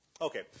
Okay